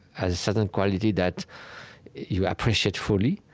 has certain quality that you appreciate fully.